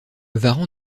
varan